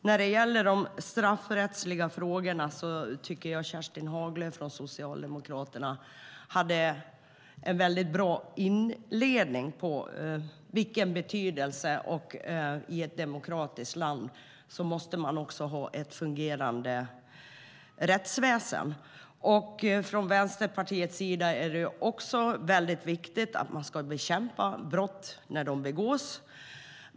När det gäller de straffrättsliga frågorna hade Kerstin Haglö från Socialdemokraterna en bra inledning om betydelsen av ett fungerande rättsväsen i ett demokratiskt land. För Vänsterpartiet är det viktigt att man bekämpar brott när de begås.